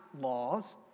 laws